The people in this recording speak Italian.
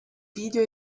video